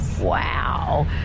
Wow